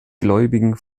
gläubigen